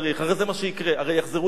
הרי זה מה שיקרה, הרי יחזרו לעזה.